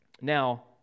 Now